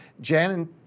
Jan